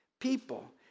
people